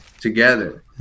together